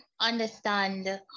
understand